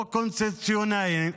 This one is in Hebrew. לא קונסטיטוציוניים,